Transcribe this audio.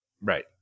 Right